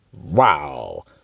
Wow